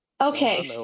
Okay